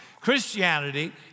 Christianity